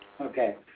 Okay